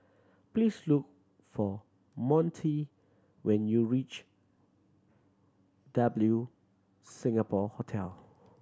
please look for Montie when you reach W Singapore Hotel